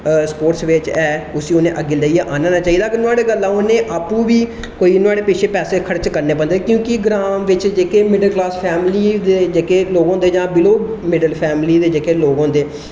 sports बिच्च एह् उसी उ'नें अग्गै लेई आह्नना चाहिदा अगर नुआढ़े कोला उ'नें आपूं बी कोई नुआढ़े पिच्छै पैसै खर्च करने पौंदे क्योंकि ग्रां बिच्च जेह्के मिडल क्लास फैमंली दे जेह्के लोग होंदे जां मिडल फैंमली दे लोक होंदे